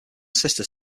sister